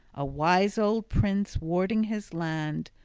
a wise old prince, warding his land,